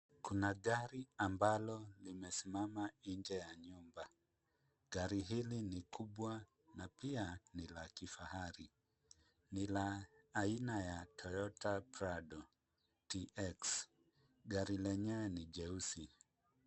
Kuna gari ambalo limesimama nje ya nyumba. Gari hili ni kubwa na pia ni la kifahari. Ni la aina ya Toyota Prado Tx. Gari lenyewe ni jeusi.